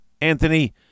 Anthony